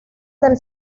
del